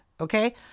okay